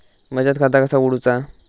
बचत खाता कसा उघडूचा?